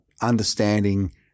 understanding